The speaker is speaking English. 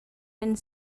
and